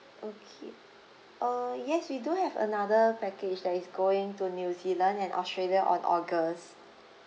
okay uh yes we do have another package that is going to new zealand and australia on august